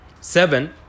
seven